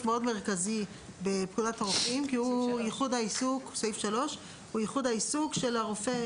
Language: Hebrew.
מאוד מרכזי בפקודת הרופאים כי ההוא ייחוד העיסוק של הרופא.